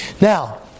Now